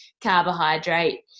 carbohydrate